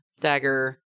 dagger